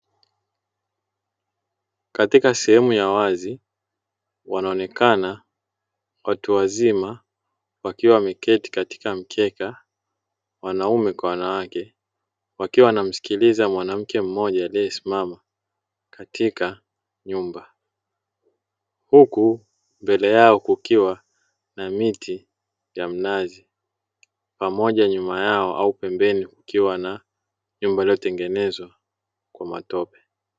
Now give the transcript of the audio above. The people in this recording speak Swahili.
Katika sehemu ya wazi, wanaonekana watu wazima wakiwa wameketi katika mkeka wanaume kwa wanawake wakiwa wanamsikiliza mwanamke mmoja aliyesimama katika nyumba huku mbele yao kukiwa na miti ya mnazi pamoja nyuma yao au pembeni kukiwa na nyumba iliyotengenezwa kwa matope.